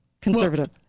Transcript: conservative